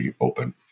open